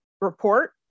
report